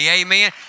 amen